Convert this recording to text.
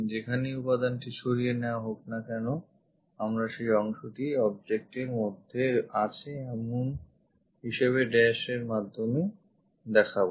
যেখানেই উপাদানটি সরিয়ে নেওয়া হোক না কেনো আমরা সেই অংশটি object এর মধ্যে আছে এমন হিসেবে dash এর মাধ্যমে দেখাবো